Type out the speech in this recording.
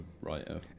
writer